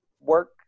work